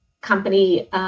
company